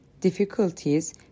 difficulties